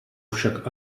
však